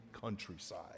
countryside